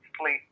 sleep